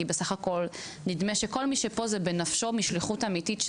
כי בסך הכל נדמה שכל מי שפה זה בנפשו משליחות אמיתית,